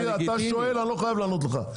אתה שואל אני לא חייב לענות לך.